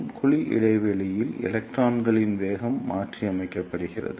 மற்றும் குழி இடைவெளியில் எலக்ட்ரான்களின் வேகம் மாற்றியமைக்கப்படுகிறது